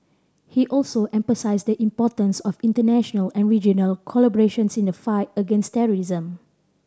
he also emphasised the importance of international and regional collaborations in the fight against terrorism